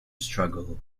struggle